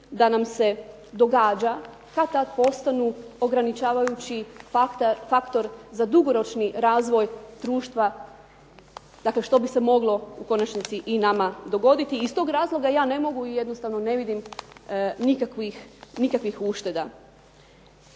da nam se događa kad tad postanu ograničavajući faktor za dugoročni razvoj društva dakle što bi se moglo u konačnici i nama dogoditi. I iz tog razloga je ne mogu i jednostavno ne vidim nikakvih ušteda.